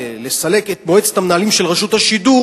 לסלק את מועצת המנהלים של רשות השידור